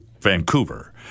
Vancouver